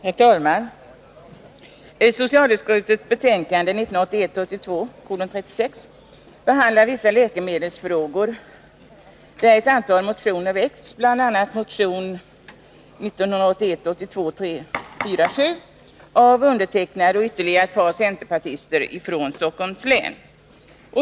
Herr talman! I socialutskottets betänkande 1981 82:347 av mig och ytterligare ett par centerpartister från Stockholms län.